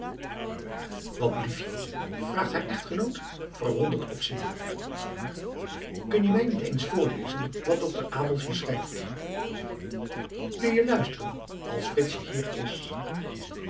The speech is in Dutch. wat blief je vraagt haar echtgenoot verwonderd opziende kun je mij niet eens voorlezen wat dokter abels je schrijft kun je luisteren als fritsje hier is